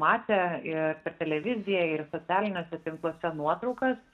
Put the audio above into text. matė ir per televiziją ir socialiniuose tinkluose nuotraukas